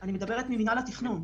אני ממינהל התכנון.